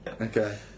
Okay